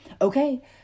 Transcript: Okay